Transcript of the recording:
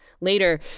later